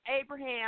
Abraham